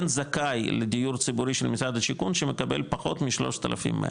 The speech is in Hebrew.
אין זכאי לדיור ציבורי של משרד השיכון שמקבל פחות מ-3,100.